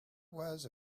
was